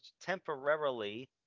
temporarily